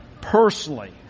Personally